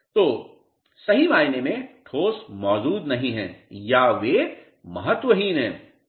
तो सही मायने में ठोस मौजूद नहीं हैं या वे महत्वहीन हैं